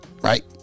Right